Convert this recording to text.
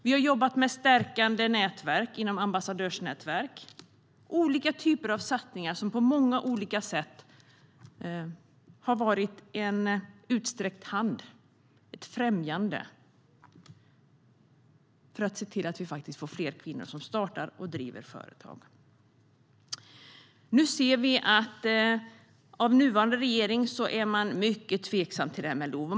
Vi har jobbat med stärkande ambassadörsnätverk och med olika typer av satsningar som på många olika sätt har varit en utsträckt hand, ett främjande, för att fler kvinnor ska kunna starta och driva företag. Den nuvarande regeringen är mycket tveksam till LOV.